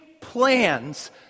plans